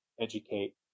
educate